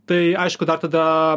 tai aišku dar tada